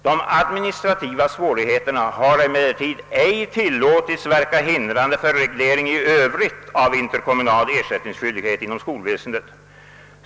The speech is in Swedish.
De administrativa svårigheterna har emellertid ej tillåtits verka hindrande för reglering i övrigt av interkommunal ersättningsskyldighet inom skolväsendet.